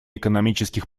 экономических